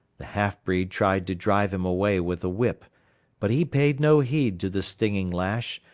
the half-breed tried to drive him away with the whip but he paid no heed to the stinging lash,